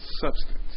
substance